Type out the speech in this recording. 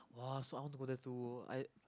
[wah] song I want to go there too I